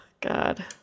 God